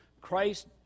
Christ